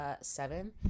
seven